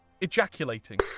ejaculating